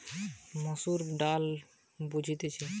গটে প্রধান ফসল যেটা আমরা বাংলাতে মসুর ডালে বুঝতেছি